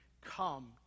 come